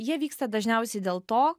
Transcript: jie vyksta dažniausiai dėl to